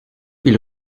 ils